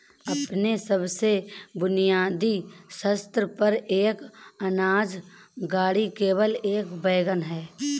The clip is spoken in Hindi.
अपने सबसे बुनियादी स्तर पर, एक अनाज गाड़ी केवल एक वैगन है